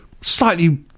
slightly